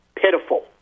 pitiful